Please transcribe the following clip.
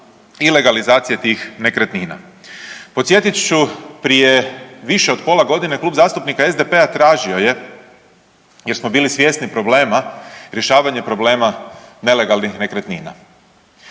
i legalizacija tih nekretnina. Podsjetit ću prije više od pola godine Klub zastupnika SDP-a tražio je jer smo bili svjesni problema, rješavanje problema nelegalnih nekretnina.